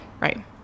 right